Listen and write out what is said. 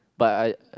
but I